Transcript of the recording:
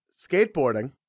Skateboarding